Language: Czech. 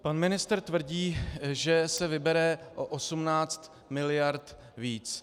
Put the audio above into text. Pan ministr tvrdí, že se vybere o 18 mld. víc.